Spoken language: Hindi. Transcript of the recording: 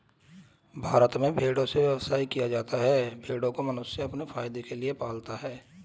भारत में भेड़ों से व्यवसाय किया जाता है भेड़ों को मनुष्य अपने फायदे के लिए पालता है